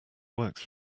works